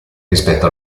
rispetto